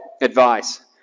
advice